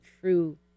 true